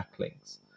backlinks